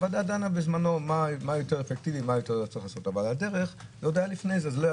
הוועדה דנה בזמנו מה יותר אפקטיבי ומה צריך לעשות.